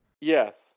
yes